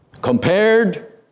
compared